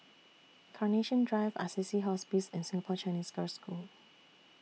Carnation Drive Assisi Hospice and Singapore Chinese Girls' School